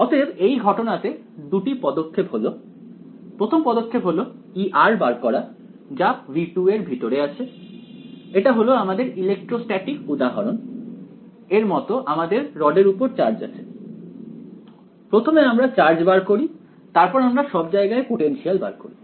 অতএব এই ঘটনাতে দুটি পদক্ষেপ হল প্রথম পদক্ষেপ হল E বার করা যা V2 এর ভিতরে আছে এটা হল আমাদের ইলেকট্রস্ট্যাটিক উদাহরণ এর মত আমাদের রডের উপর চার্জ আছে প্রথমে আমরা চার্জ বার করি তারপর আমরা সব জায়গায় পোটেনশিয়াল বার করি